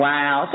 Wow